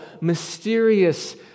mysterious